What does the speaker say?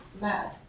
mad